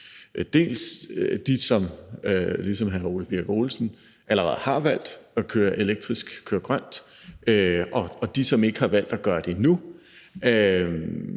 dels dem, der ligesom hr. Ole Birk Olesen allerede har valgt at køre elektrisk, køre grønt, dels dem, som ikke har valgt at gøre det endnu,